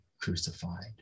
crucified